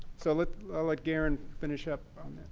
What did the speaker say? so let let garen finish up